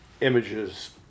images